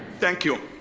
thank you.